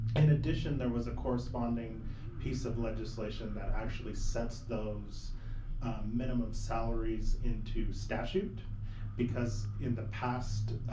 in addition, there was a corresponding piece of legislation that actually sets those minimum salaries into statute because in the past